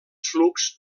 flux